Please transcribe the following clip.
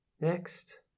Next